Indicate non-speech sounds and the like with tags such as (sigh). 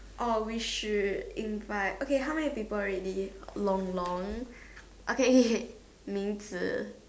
or we should invite okay how many people already Long-Long okay (noise) Ming-Zi